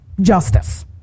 justice